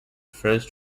first